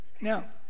Now